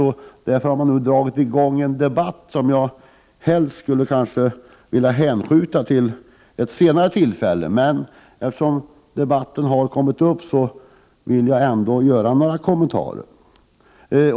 Nu har man dragit i gång en debatt som jag helst skulle vilja föra vid ett senare tillfälle. Men eftersom debatten nu pågår, vill jag ändå göra några kommentarer.